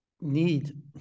need